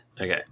Okay